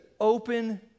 open